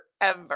forever